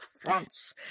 France